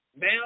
now